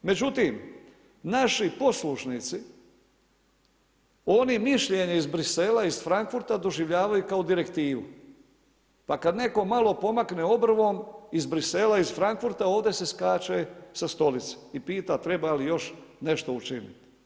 Međutim, naši poslušnici oni mišljenje iz Bruxellesa, iz Frankfurta doživljavaju kao direktivu, pa kada netko malo pomakne obrvom iz Bruxellesa, iz Frankfurta ovdje se skače sa stolice i pita, treba li još nešto učiniti.